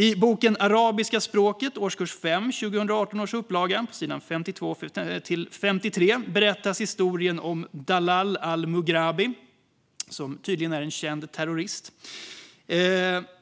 I boken Arabiska språket för årskurs 5, 2018 års upplaga, berättas på s. 52-53 historien om Dalal al-Mughrabi, som tydligen är en känd terrorist: